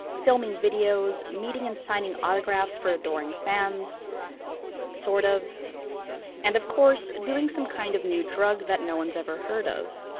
filming videos, meeting and signing autographs for adoring fans sort of and of course, doing some kind of new drug that no one's ever heard of.